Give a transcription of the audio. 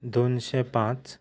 दोनशें पांच